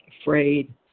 afraid